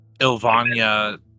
Ilvania